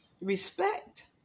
respect